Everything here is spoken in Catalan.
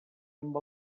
amb